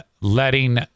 letting